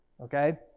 Okay